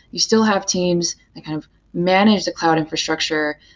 you still have teams that kind of manage the cloud infrastructure,